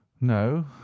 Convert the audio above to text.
no